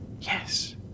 Yes